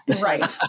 Right